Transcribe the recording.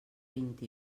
vint